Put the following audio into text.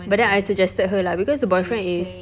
but then I suggested her lah because the boyfriend is